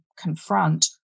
confront